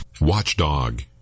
Watchdog